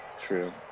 True